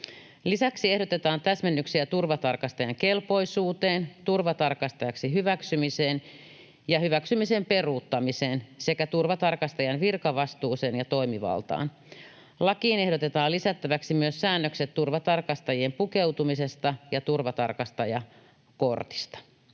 Lisäksi ehdotetaan täsmennyksiä turvatarkastajan kelpoisuuteen, turvatarkastajaksi hyväksymiseen ja hyväksymisen peruuttamiseen sekä turvatarkastajan virkavastuuseen ja toimivaltaan. Lakiin ehdotetaan lisättäväksi myös säännökset turvatarkastajien pukeutumisesta ja turvatarkastajakortista.